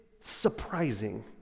surprising